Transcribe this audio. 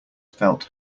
felt